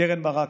קרן ברק,